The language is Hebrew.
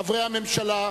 חברי הממשלה,